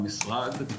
במשרד,